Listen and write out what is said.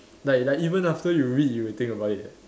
like like even after you read you will think about it